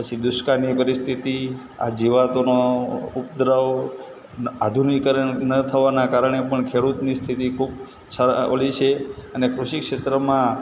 પછી દુષ્કાળની પરિસ્થિતિ આ જીવાતોનો ઉપદ્રવ આધુનિકરણ ન થવાને કારણે પણ ખેડૂતની સ્થિતિ ખૂબ ઓલી છે અને કૃષિ ક્ષેત્રમાં